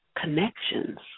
connections